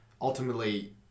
ultimately